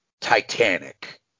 titanic